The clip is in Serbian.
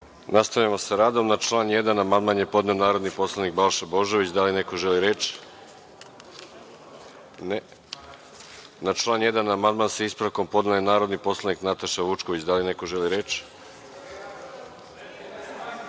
Nastavljamo sa radom. Na član 1. amandman je podneo narodni poslanik Balša Božović. Da li neko želi reč? (Ne)Na član 1. amandman, sa ispravkom, podnela je narodni poslanik Nataša Vučković. Da li neko želi reč?